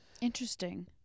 Interesting